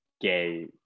gay